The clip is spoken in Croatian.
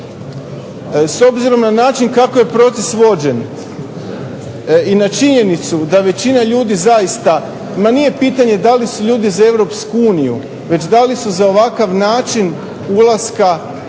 S obzirom na način kako je proces vođen i na činjenicu da većina ljudi zaista, nije pitanje da li su ljudi za Europsku uniju već da li su za ovakav način ulaska sebe,